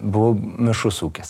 buvo mišrus ūkis